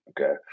Okay